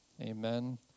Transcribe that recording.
Amen